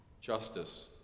justice